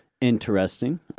Interesting